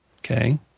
Okay